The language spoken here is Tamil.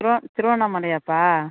திருவ திருவண்ணாமலையாப்பா